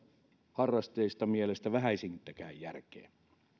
mielestä vähäisintäkään järkeä